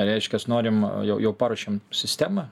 reiškias norim jau jau paruošėm sistemą